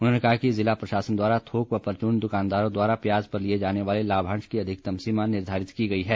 उन्होंने कहा कि जिला प्रशासन द्वारा थोक व परचून दुकानदारों द्वारा प्याज पर लिए जाने वाले लाभांश की अधिकतम सीमा निर्धारित की गई है